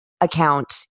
account